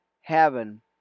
heaven